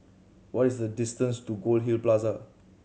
what is the distance to Goldhill Plaza